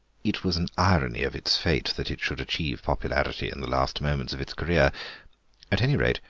it was an irony of its fate that it should achieve popularity in the last moments of its career at any rate,